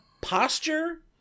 posture